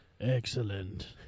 Excellent